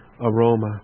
aroma